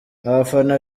abafana